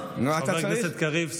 חבר הכנסת קריב,